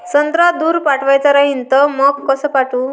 संत्रा दूर पाठवायचा राहिन तर मंग कस पाठवू?